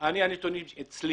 הנתונים אצלי